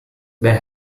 there